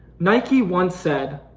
nike once said,